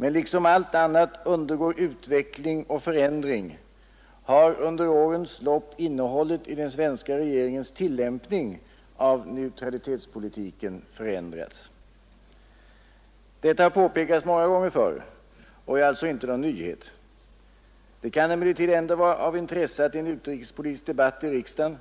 Men liksom allt annat undergår utveckling och förändring har under årens lopp innehållet i den svenska regeringens tillämpning av neutralitetspolitiken förändrats. Detta har påpekats många gånger förr och är alltså inte någon nyhet. Det kan emellertid ändå vara av intresse att i en utrikespolitisk debatt i riksdagen